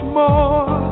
more